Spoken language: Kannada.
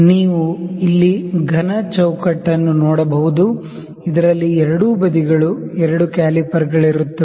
ನೀವು ಇಲ್ಲಿ ಘನ ಚೌಕಟ್ಟನ್ನು ನೋಡಬಹುದು ಇದರಲ್ಲಿ ಎರಡೂ ಬದಿಗಳಲ್ಲಿ ಎರಡು ಕ್ಯಾಲಿಪರ್ ಗಳಿರುತ್ತವೆ